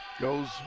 Goes